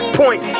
point